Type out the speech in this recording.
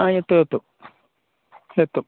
ആ എത്തു എത്തും എത്തും